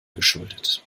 geschuldet